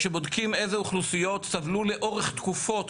כשבודקים איזה אוכלוסיות סבלו לאורח תקופות,